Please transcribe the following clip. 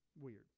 weird